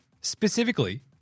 specifically